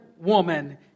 woman